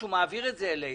שהוא מעביר את זה אלינו.